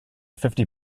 fifty